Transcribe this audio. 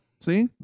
see